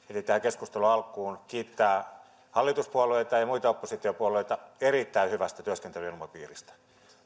tähän keskustelun alkuun kiittää hallituspuolueita ja ja muita oppositiopuolueita erittäin hyvästä työskentelyilmapiiristä meillä